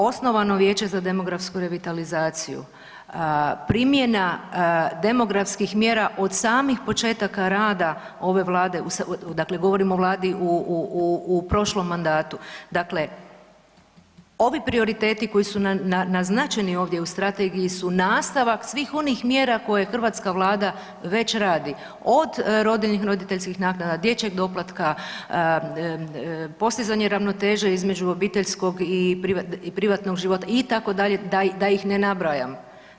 Osnovno Vijeće za demografsku revitalizaciju, primjena demografskih mjera od samih početaka rada ove Vlade, dakle govorim o Vladi u prošlom mandatu, dakle ovi prioriteti koji su naznačeni ovdje u strategiji su nastavak svih onih mjera koje hrvatska Vlada već radi, od rodiljnih, roditeljskih naknada, dječjeg doplatka, postizanje ravnoteže između obiteljskog i privatnog života itd. da ih ne nabrajam.